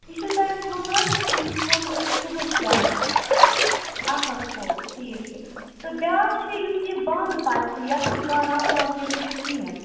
یہِ چھُو تۅہہِ کھیٚون حظ یہِ چھُ کھیٚون صُبحس شامَس اَکھ اَکھ فول ٹھیٖک چھُ تہٕ بیٛاکھ چھُ یُس یہِ بَنٛد پتہٕ چھُ یتھ نہٕ کانٛہہ رنٛگ ونٛگ نیٚبرۍ چھُ کِہیٖنٛۍ